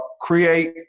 create